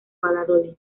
valladolid